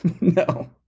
No